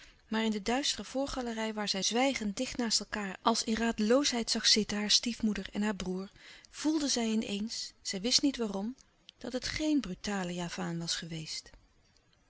maar in de duistere voorgalerij waar zij zwijgend dicht naast elkaâr als in radeloosheid zag zitten haar stiefmoeder en haar broêr voelde zij in eens zij wist niet waarom dat het geen brutale javaan was geweest